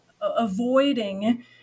avoiding